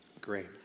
Great